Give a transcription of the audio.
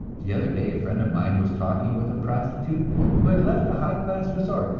the other day a friend of mine was talking with a prostitute who had left a high-class resort,